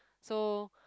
so